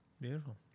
Beautiful